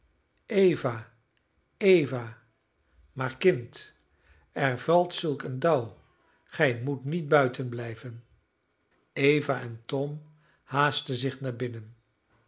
ophelia eva eva maar kind er valt zulk een dauw gij moet niet buiten blijven eva en tom haastten zich naar binnen